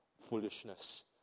foolishness